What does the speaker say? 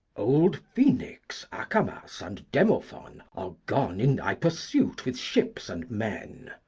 old phoenix, acamas and demophon are gone in thy pursuit with ships and men.